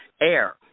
AIR